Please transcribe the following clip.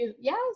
yes